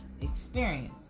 experience